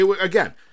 again